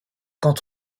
quand